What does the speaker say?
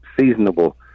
seasonable